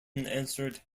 answered